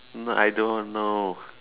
no I don't know